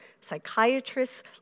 psychiatrists